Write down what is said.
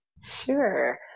Sure